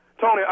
Tony